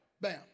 Bam